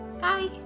Bye